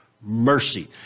mercy